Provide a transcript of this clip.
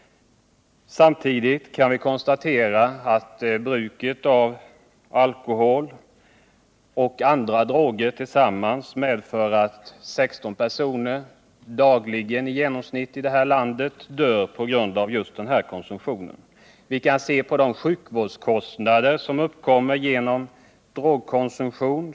Samtidigt kan vi konstatera att bruket av alkohol och andra droger medför att genomsnittligt 16 personer dagligen dör i det här landet på grund av just denna konsumtion. Vi kan se på de sjukvårdskostnader som uppstår på grund av drogkonsumtion.